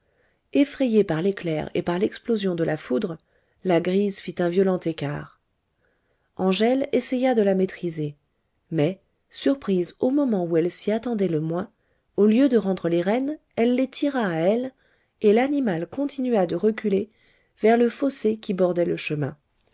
effrayée par l'éclair et par l'explosion de la foudre la grise fit un violent écart angèle essaya de la maîtriser mais surprise au moment ou elle s'y attendait le moins au lieu de rendre les rênes elle les tira à elle et l'animal continua de reculer vers le fossé qui bordait le chemin